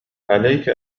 عليك